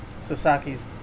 Sasaki's